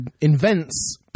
invents